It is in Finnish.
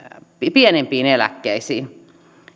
pienempiin eläkkeisiin